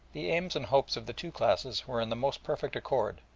the aims and hopes of the two classes were in the most perfect accord,